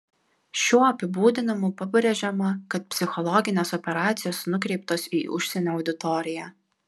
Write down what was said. šiuo apibūdinimu pabrėžiama kad psichologinės operacijos nukreiptos į užsienio auditoriją